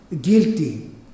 guilty